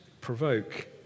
provoke